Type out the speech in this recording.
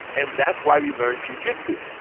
and that's why we learn jujitsu,